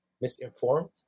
misinformed